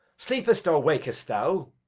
sleepest or wakest thou,